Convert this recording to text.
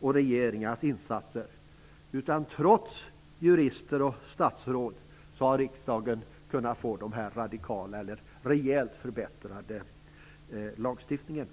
och regeringars insatser, utan trots jurister och statsråd, som riksdagen kunnat få igenom en radikalare och rejält förbättrad lagstiftning.